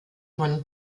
von